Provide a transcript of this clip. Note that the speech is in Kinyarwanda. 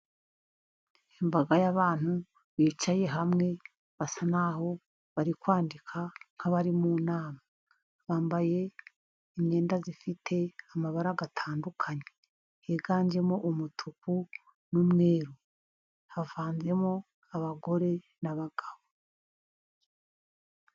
Imbaga y'abantu bicaye hamwe basa n'aho bari kwandika nk'abari mu nama, bambaye imyenda ifite amabara atandukanye, higanjemo umutuku n'umweru, havanzemo abagore n'abagabo.